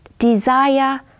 desire